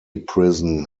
prison